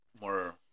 more